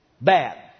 bad